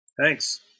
Thanks